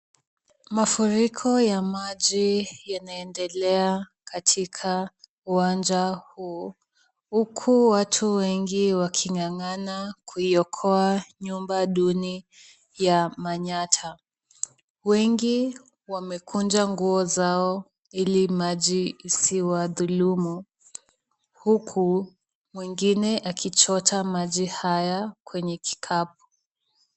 Mafuriko ya maji yanaendelea katika uwanja huu, huku watu wengi waking'ang'ana kuiokoa nyumba duni ya manyatta . Wengi wamekunja nguo zao ili maji isiwadhulumu, huku mwingine akichota maji haya kwenye kikapu.